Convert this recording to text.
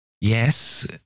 Yes